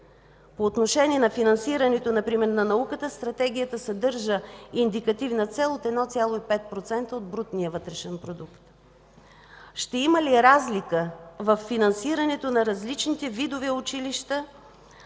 По отношение на финансирането например на науката, стратегията съдържа индикативна цел от 1,5% от брутния вътрешен продукт. Ще има ли разлика във финансирането на различните видове училища: